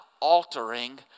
altering